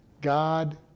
God